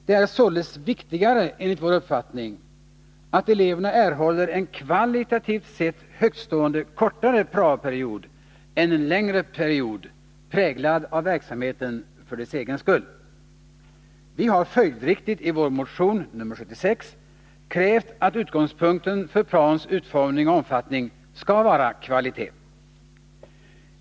Det är således viktigare, enligt vår uppfattning, att eleverna erhåller en kvalitativt sett högtstående kortare prao-period än en längre period, präglad av verksamheten för dess egen skull. Vi har följdriktigt i vår motion, nr 76, krävt att utgångspunkten för praons utformning och omfattning skall vara kvalitet.